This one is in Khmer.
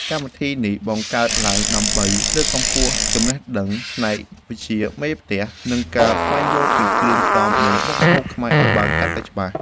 កម្មវិធីនេះបង្កើតឡើងដើម្បីលើកកម្ពស់ចំណេះដឹងផ្នែកវិជ្ជាមេផ្ទះ និងការស្វែងយល់ពីគ្រឿងផ្សំនៃមុខម្ហូបខ្មែរឱ្យបានកាន់តែច្បាស់។